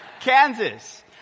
Kansas